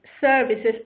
services